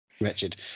wretched